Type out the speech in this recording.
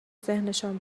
ذهنشان